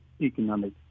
economic